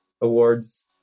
awards